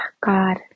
god